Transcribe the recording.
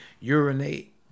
urinate